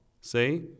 say